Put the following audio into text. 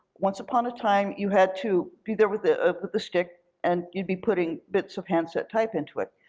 once upon a time, you had to be there with the with the stick, and you'd be putting bits of handset type into it.